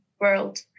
world